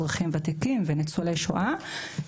אזרחים ותיקים וניצולי שואה.